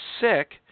sick